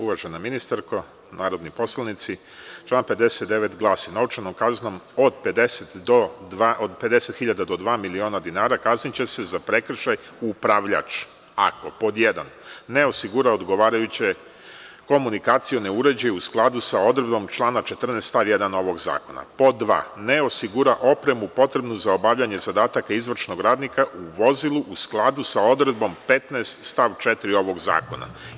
Uvažena ministarko, narodni poslanici, član 59. glasi: „Novčanom kaznom od 50.000 do 2.000.000 dinara kazniće se za prekršaj upravljač ako 1) ne osigura odgovarajuće komunikacione uređaje u skladu sa odredbom člana 14. stav 1. ovog zakona, 2) ne osigura opremu potrebnu za obavljanje zadataka izvršnog radnika u vozilu“, u skladu sa odredbom 15. stav 4. ovog zakona.